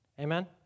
Amen